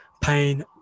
pain